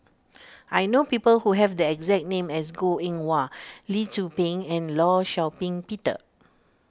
I know people who have the exact name as Goh Eng Wah Lee Tzu Pheng and Law Shau Ping Peter